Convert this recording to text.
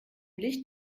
licht